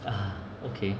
ugh okay